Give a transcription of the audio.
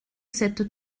cette